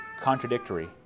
contradictory